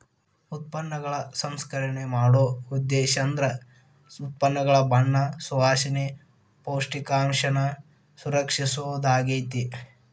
ಉತ್ಪನ್ನಗಳ ಸಂಸ್ಕರಣೆ ಮಾಡೊ ಉದ್ದೇಶೇಂದ್ರ ಉತ್ಪನ್ನಗಳ ಬಣ್ಣ ಸುವಾಸನೆ, ಪೌಷ್ಟಿಕಾಂಶನ ಸಂರಕ್ಷಿಸೊದಾಗ್ಯಾತಿ